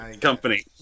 Company